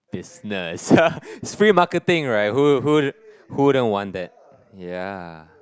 business it's free marketing right who who who wouldn't want that ya